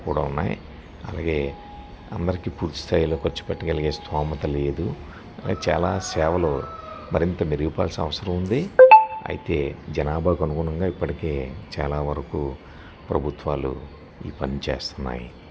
కూడా ఉన్నాయి అలాగే అందరికీ పూర్తి స్థాయిలో పంచి పెట్టగలిగే స్థోమత లేదు అలా చాలా సేవలు మరింత మెరుగుపడాల్సిన అవసరం ఉంది అయితే జనాభాకు అనుగణంగా ఇప్పటికి చాలా వరకు ప్రభుత్వాలు ఈ పనిచేస్తున్నాయి